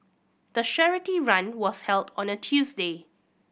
the charity run was held on a Tuesday